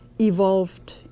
evolved